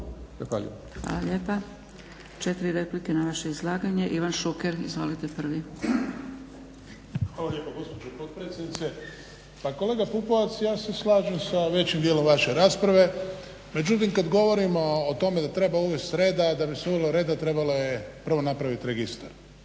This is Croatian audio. Hvala lijepa. Četiri replike na vaše izlaganje. Ivan Šuker, izvolite prvi. **Šuker, Ivan (HDZ)** Hvala lijepo gospođo potpredsjednice. Pa kolega Pupovac, ja se slažem sa većim dijelom vaše rasprave, međutim kad govorimo o tome da treba uvest reda, da bi se uvelo reda trebalo je prvo napravit registar